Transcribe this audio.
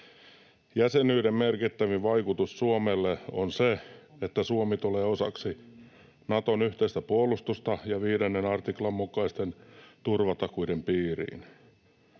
”Jäsenyyden merkittävin vaikutus Suomelle on se, että Suomi tulee osaksi Naton yhteistä puolustusta ja viidennen artiklan mukaisten turvatakuiden piiriin.